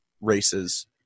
races